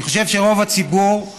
אני חושב שרוב הציבור,